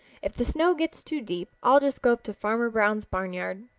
if the snow gets too deep i'll just go up to farmer brown's barnyard.